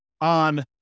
on